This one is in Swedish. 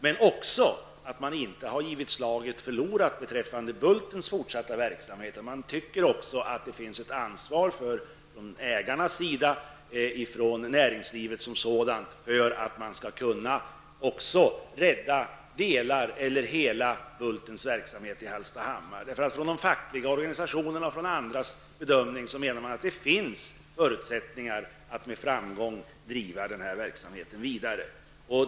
Min andra iakttagelse är att man inte har givit slaget förlorat beträffande Bultens fortsatta verksamhet och att man också menar att ägarna och näringslivet som sådant har ett ansvar för att delar av eller hela Bultens verksamhet i Hallstahammar skall kunna räddas. De fackliga organisationerna och även andra menar att det finns förutsättningar att med framgång driva verksamheten vidare.